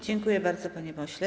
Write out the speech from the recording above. Dziękuję bardzo, panie pośle.